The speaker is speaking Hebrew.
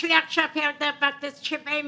יש לי עכשיו ילדה בת 72,